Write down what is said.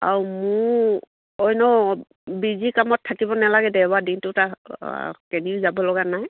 আৰু মোৰ অন্য বিজি কামত থাকিব নেলাগে দেওবাৰ দিনটো কেনিও যাব লগা নাই